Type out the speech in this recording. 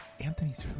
Anthony's